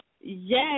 Yes